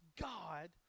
God